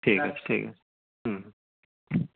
ঠিক আছে ঠিক আছে হুম হুম